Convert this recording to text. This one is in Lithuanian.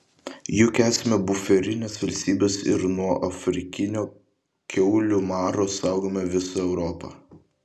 juk esame buferinės valstybės ir nuo afrikinio kiaulių maro saugome visą europą